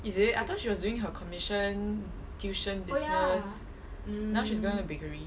is it I thought she was doing her commission tuition business now she's going bakery